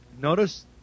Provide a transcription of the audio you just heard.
notice